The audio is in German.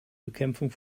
bekämpfung